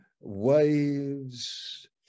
waves